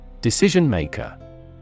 Decision-maker